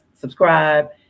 subscribe